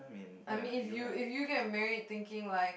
I mean if you if you get married thinking like